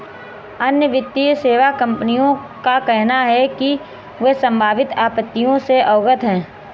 अन्य वित्तीय सेवा कंपनियों का कहना है कि वे संभावित आपत्तियों से अवगत हैं